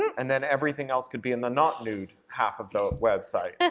and then everything else could be in the not nude half of the website.